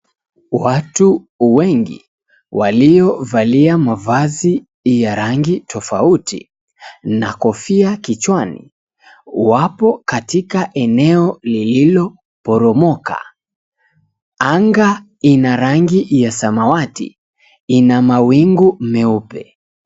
Watu wengi waliovalia mavazi ya rangi tofauti na kofia kichwani wapo katika eneo lililoporomoka. Anga ina rangi ya samawati, ina mawingu meupe.